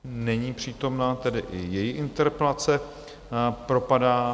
Není přítomna, tedy i její interpelace propadá.